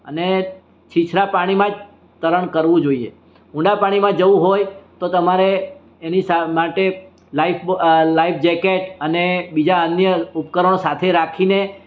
અને છીછરા પાણીમાં જ તરણ કરવું જોઈએ ઊંડા પાણીમાં જવું હોય તો તમારે એની માટે લાઇફ લાઈફ જેકેટ અને બીજાં અન્ય ઉપકરણો સાથે રાખીને